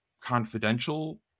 confidential